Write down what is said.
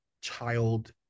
child